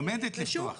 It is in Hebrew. עומדת לפתוח.